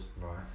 right